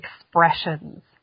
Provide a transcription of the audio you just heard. expressions